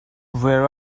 where